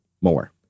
More